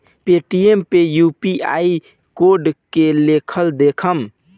Paytm पर UPI code के लेखा देखम?